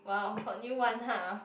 !wow! got new one har